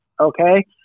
okay